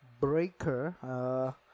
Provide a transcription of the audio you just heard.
Breaker